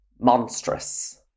monstrous